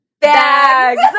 bags